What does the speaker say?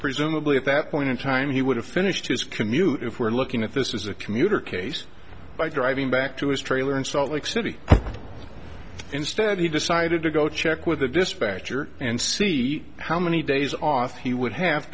presumably at that point in time he would have finished his commute if we're looking at this is a commuter case by driving back to his trailer in salt lake city instead he decided to go check with the dispatcher and see how many days off he would have